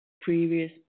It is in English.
previous